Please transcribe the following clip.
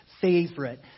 favorite